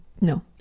No